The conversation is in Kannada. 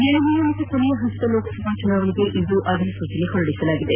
ಏಳನೇ ಹಾಗೂ ಕೊನೆಯ ಹಂತದ ಲೋಕಸಭಾ ಚುನಾವಣೆಗೆ ಇಂದು ಅಧಿಸೂಚನೆ ಹೊರಡಿಸಲಾಗಿದೆ